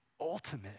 ultimate